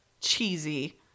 cheesy